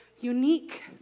unique